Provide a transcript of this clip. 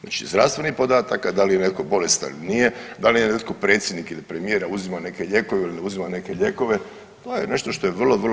Znači zdravstvenih podataka da li je netko bolestan ili nije, da li je netko predsjednik ili premijer a uzima neke lijekove ili ne uzima neke lijekove to je nešto što je vrlo, vrlo ozbiljno.